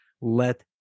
let